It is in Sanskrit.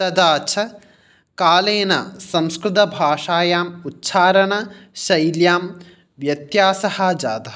तदा च कालेन संस्कृतभाषायाम् उच्छारणशैल्यां व्यत्यासः जातः